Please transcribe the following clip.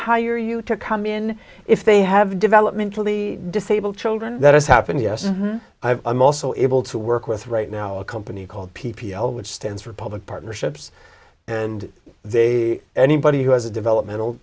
hire you to come in if they have developmentally disabled children that has happened yes i'm also able to work with right now a company called p p l which stands for public partnerships and they anybody who has a developmental